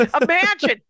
Imagine